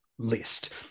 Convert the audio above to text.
list